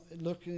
look